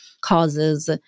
causes